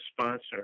sponsor